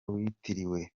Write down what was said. witiriwe